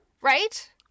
Right